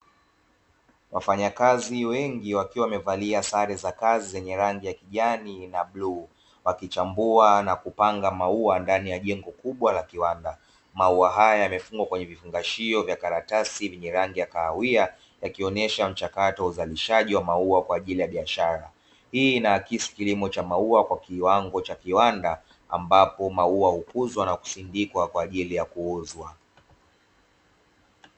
Wafanyakazi wengi wakiwa wamevalia sare za kazi zenye rangi ya kijani na bluu, wakichambua na kupanga maua ndani ya jengo kubwa la kiwanda. Maua haya yamefungwa kwenye vifungashio vya karatasi vyenye rangi ya kahawia, yakionyesha mchakato wa uzalishaji wa maua kwa ajili ya biashara. Hii inaakisi kilimo cha maua kwa kiwango cha kiwanda ambapo maua hukuzwa na kusindikwa kwa ajili ya kuuzwa.